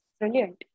brilliant